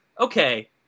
okay